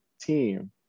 team